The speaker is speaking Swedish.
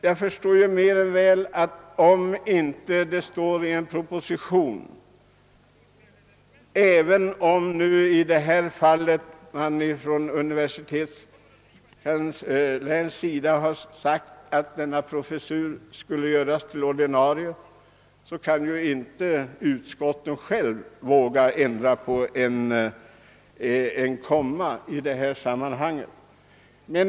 Jag förstår mer än väl att även om, som i detta fall, universitetskanslern har sagt att en professur bör göras ordinarie, kan utskottet, när det inte står så i en proposition, inte våga ändra på ett enda kommatecken i sammanhanget.